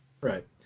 Right